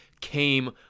came